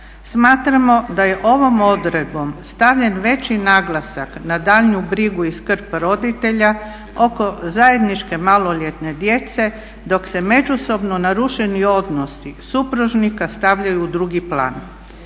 Smatramo da je ovom odredbom stavljen veći naglasak na daljnju brigu i skrb roditelja oko zajedničke maloljetne djece dok se međusobno narušeni odnosi supružnika stavljaju u drugi plan.